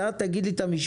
אתה תגיד לי את המשפט: